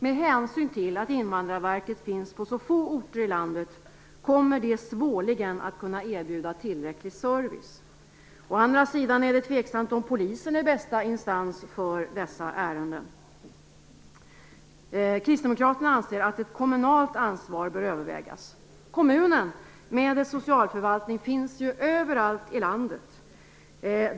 Med hänsyn till att Invandrarverket finns på så få orter i landet kommer det svårligen att kunna erbjuda tillräcklig service. Å andra sidan är det tveksamt om polisen är bästa instans för dessa ärenden. Kristdemokraterna anser att ett kommunalt ansvar bör övervägas. Kommunen med sin socialförvaltning finns ju överallt i landet.